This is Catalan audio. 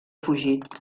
fugit